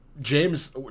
James